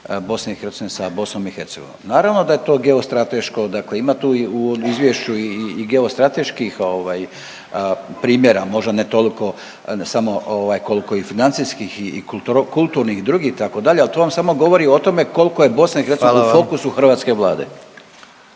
granice BIH sa BIH. Naravno da je to geostrateško, dakle ima tu i u izvješću i geostrateških ovaj, primjera možda ne toliko samo ovaj koliko i financijskih i kulturnih i drugih itd. al to vam samo govori o tome koliko je BIH …/Upadica predsjednik: Hvala